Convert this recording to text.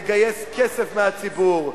לגייס כסף מהציבור.